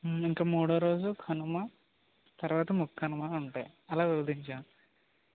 ఇంక మూడవ రోజు కనుమ తరువాత ముక్కనుమ ఉంటాయి అలా వివరించాను